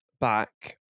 back